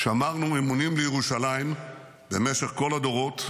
שמרנו אמונים לירושלים במשך כל הדורות,